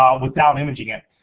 um without imaging it,